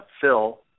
Phil